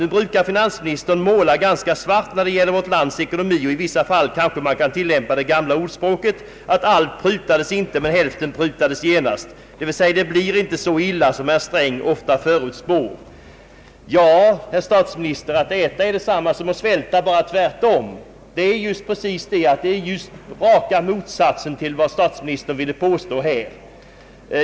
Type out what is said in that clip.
Nu brukar finansministern måla ganska svart när det gäller vårt lands ekonomi, och i vissa fall kanske man kan tillämpa det gamla ordspråket, att ”allt prutades inte, men hälften prutades genast', d.v.s. det blir inte så illa som herr Sträng ofta förutspår.” Ja, herr statsminister, att äta är detsamma som att svälta, bara tvärtom. Vad jag här framhållit är ju precis raka motsatsen till vad statsministern velat påstå.